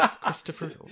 Christopher